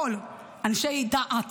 אנשי דעת,